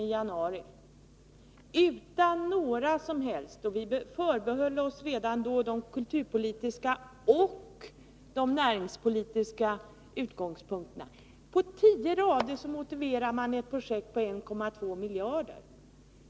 Vi förbehöll oss redan då att få studera projektet från både kulturpolitiska och näringspolitiska utgångspunkter. På tio rader motiverar man ett projekt för 1,2 miljarder.